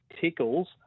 Tickles